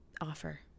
offer